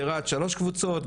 ברהט שלוש קבוצות,